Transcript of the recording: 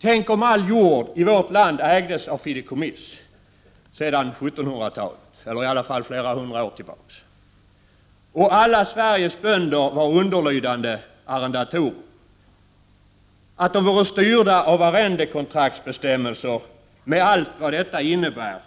Tänk om all jord i vårt land ägdes av fideikommiss sedan 1700-talet eller i alla fall sedan flera hundra år tillbaka och alla Sveriges bönder var underlydande arrendatorer, att de vore styrda av arrendekontraktsbestämmelser med allt vad detta innebär.